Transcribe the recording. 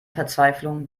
verzweiflung